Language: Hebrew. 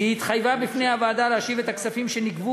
והיא התחייבה בפני הוועדה להשיב את הכספים שנגבו